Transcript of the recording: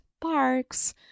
parks